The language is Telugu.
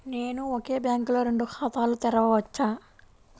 నేను ఒకే బ్యాంకులో రెండు ఖాతాలు తెరవవచ్చా?